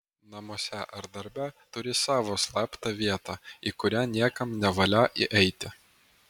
namuose ar darbe turi savo slaptą vietą į kurią niekam nevalia įeiti